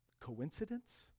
Coincidence